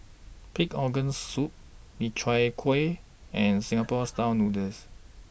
Pig'S Organ Soup Min Chiang Kueh and Singapore Style Noodles